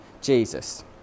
Jesus